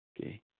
okay